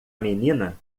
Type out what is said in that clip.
menina